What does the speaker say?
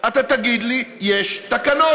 אתה תגיד לי: יש תקנות.